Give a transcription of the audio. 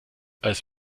als